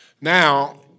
Now